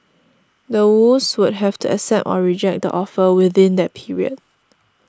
the Woos would have to accept or reject the offer within that period